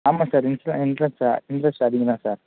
ஆமாம் sir interest interest அதிகம் தான் சார்